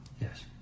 Yes